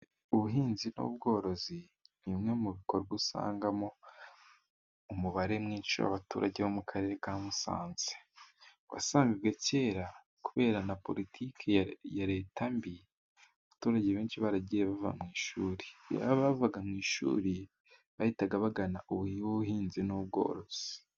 Ubuhinzi n'ubworozi ni bimwe mu bikorwa usangamo umubare mwinshi w'abaturage bo mu karere ka Musanze. wasangaga kera kubera na politiki ya Reta mbi, abaturage benshi baragiye bava mu ishuri. Abavaga mu ishuri bahitaga bagana uyu w'ubuhinzi n'ubworozi.